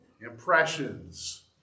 impressions